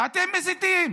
אתם מסיתים.